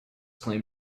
claim